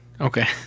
okay